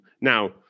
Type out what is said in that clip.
Now